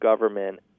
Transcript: government